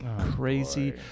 crazy